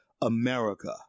America